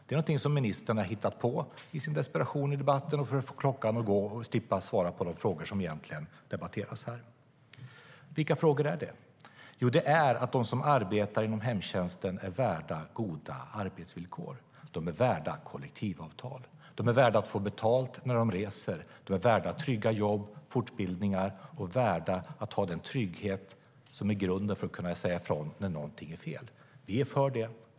Det är något ministern i sin desperation har hittat i debatten på för att få klockan att gå och slippa svara på de frågor som egentligen debatteras här. Vilka frågor är det? Jo, att de som arbetar inom hemtjänsten är värda goda arbetsvillkor. De är värda kollektivavtal. De är värda att få betalt när de reser. De är värda trygga jobb och fortbildningar. De är värda att ha den trygghet som är grunden för att kunna säga ifrån när någonting är fel. Vi är för det.